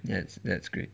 that's that's great